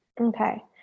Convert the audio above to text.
Okay